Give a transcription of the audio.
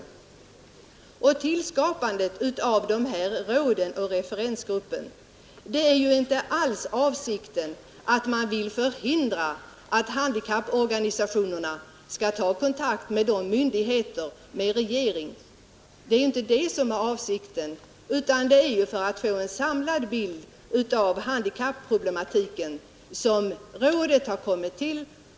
Avsikten med tillskapandet av statens handikappråd och referensgruppen är ju inte att förhindra handikapporganisationerna från att ta kontakt med vederbörande myndigheter och med regeringen utan det är för att man skall få en samlad bild av handikapproblematiken som rådet har kommit till.